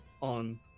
on